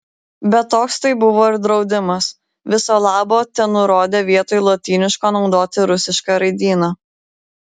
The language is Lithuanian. bet toks tai buvo ir draudimas viso labo tenurodė vietoj lotyniško naudoti rusišką raidyną